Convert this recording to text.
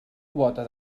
quota